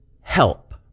help